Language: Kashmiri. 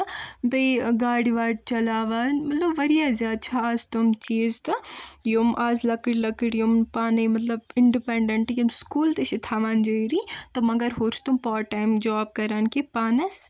تہٕ بیٚیہِ گاڑِ واڑِ چلاوان مطلب وارِیاہ زیادٕ چھِ آز تِم چیٖز تہِ یِم آز لوکٕٹۍ لوکٕٹۍ یِم پانے مطلب اِن ڈِپنڈنٹ یِم سکوٗل تہِ چھِ تھوان جٲری تہٕ مگر ہورٕ چھِ تِم پاٹ ٹایم جاب کَران کہِ پانس